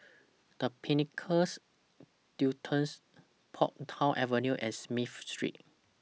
The Pinnacles Duxton Portsdown Avenue and Smith Street